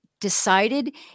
decided –